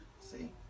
see